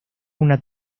una